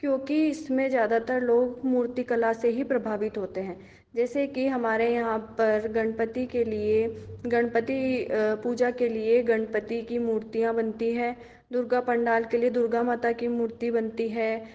क्योंकि इसमें ज़्यादातर लोग मूर्ति कला से ही प्रभावित होते हैं जैसे कि हमारे यहाँ पर गणपति के लिए गणपति पूजा के लिए गणपति की मूर्तियाँ बनती हैं दुर्गा पंडाल के लिए दुर्गा माता की मूर्ति बनती है